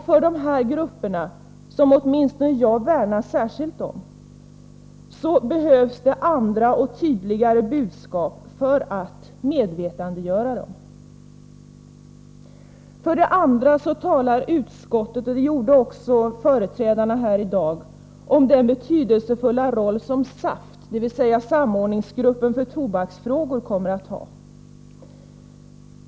För dessa grupper, som åtminstone jag värnar särskilt om, behövs andra och tydligare budskap för att medvetandegöra dem. För det andra talar utskottet — det gjorde också företrädarna här i dag — om den betydelsefulla roll som SAFT, samordningsgruppen för tobaksfrågor, kommer att ha.